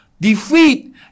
defeat